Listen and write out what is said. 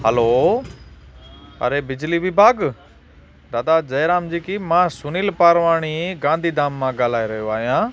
हलो अरे बिजली विभाॻु दादा जय राम जी की मां सुनील पारवाणी गांधीधाम मां ॻाल्हाए रहियो आहियां